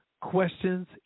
questions